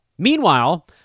Meanwhile